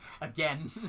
Again